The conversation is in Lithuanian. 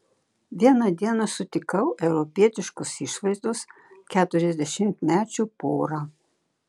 vieną dieną sutikau europietiškos išvaizdos keturiasdešimtmečių porą